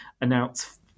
announce